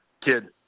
kid